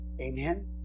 Amen